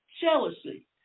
jealousy